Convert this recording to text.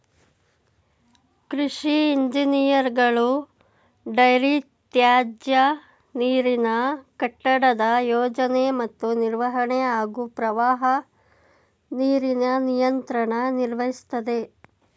ಕೃಷಿ ಇಂಜಿನಿಯರ್ಗಳು ಡೈರಿ ತ್ಯಾಜ್ಯನೀರಿನ ಕಟ್ಟಡದ ಯೋಜನೆ ಮತ್ತು ನಿರ್ವಹಣೆ ಹಾಗೂ ಪ್ರವಾಹ ನೀರಿನ ನಿಯಂತ್ರಣ ನಿರ್ವಹಿಸ್ತದೆ